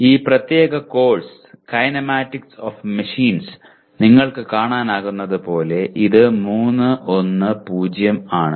ഈ പ്രത്യേക course kinematics of machines നിങ്ങൾക്ക് കാണാനാകുന്നതുപോലെ ഇത് 3 1 0 ആണ്